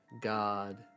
God